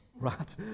right